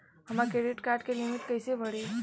हमार credit card के limit कइसे बढ़ी?